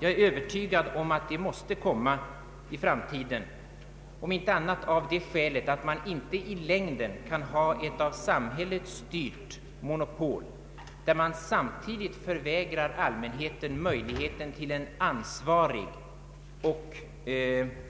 Jag är övertygad om att ett sådant måste komma inom en snar framtid, om inte annat av det skälet att man inte i längden kan ha ett av samhället styrt monopol där allmänheten förvägras möjligheten till en ansvarig och